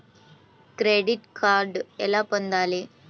Credit card ఎలా పొందాలి?